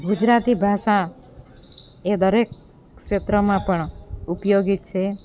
ગુજરાતી ભાષા એ દરેક ક્ષેત્રમાં પણ ઉપયોગી છે